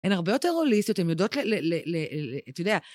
הן הרבה יותר הוליסטיות, הן יודעות ל, ל, ל... אתה יודע...